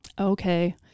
Okay